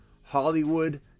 Hollywood